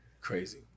Crazy